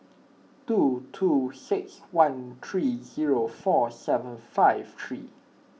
two two six one three zero four seven five three